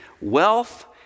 Wealth